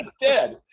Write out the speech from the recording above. dead